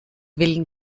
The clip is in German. willen